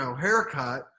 haircut